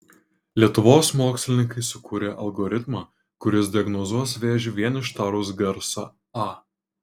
lietuvos mokslininkai sukūrė algoritmą kuris diagnozuos vėžį vien ištarus garsą a